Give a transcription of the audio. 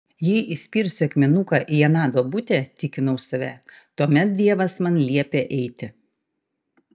jei įspirsiu akmenuką į aną duobutę tikinau save tuomet dievas man liepia eiti